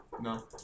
No